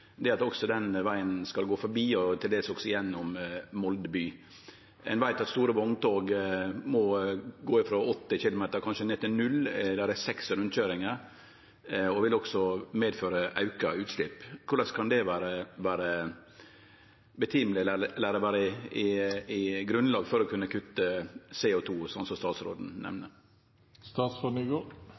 at den vegen skal gå forbi og til dels også gjennom Molde by. Ein veit at store vogntog må gå frå 80 kilometer og kanskje ned til null, det er seks rundkøyringar der, og det vil også medføre auka utslepp. Korleis kan det vere